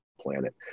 planet